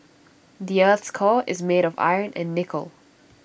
the Earth's core is made of iron and nickel